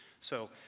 so